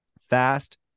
fast